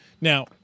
Now